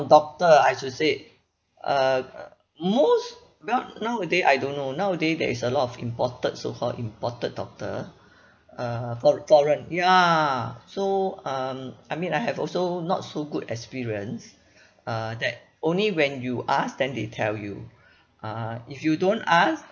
doctor I should said uh most well nowaday I don't know nowaday there is a lot of imported so called imported doctor uh fo~ foreign ya so um I mean I have also not so good experience uh that only when you ask then they tell you uh if you don't ask